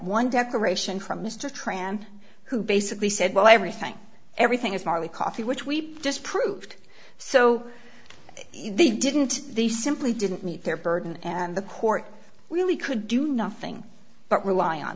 one decoration from mr tran who basically said well everything everything is merely coffee which we just proved so they didn't they simply didn't meet their burden and the court really could do nothing but rely on